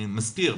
אני מזכיר,